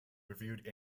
reviewed